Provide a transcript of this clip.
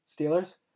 Steelers